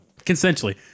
Consensually